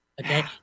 Okay